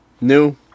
new